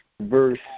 verse